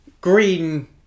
Green